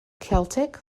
celtic